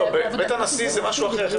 בית הנשיא זה משהו אחר.